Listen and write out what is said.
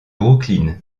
brooklyn